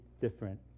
different